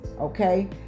Okay